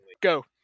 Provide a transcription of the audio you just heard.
Go